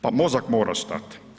Pa mozak mora stati.